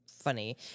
funny